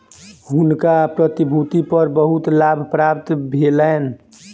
हुनका प्रतिभूति पर बहुत लाभ प्राप्त भेलैन